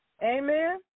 Amen